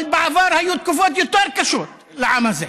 אבל בעבר היו תקופות יותר קשות לעם הזה,